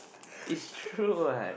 it's true [what]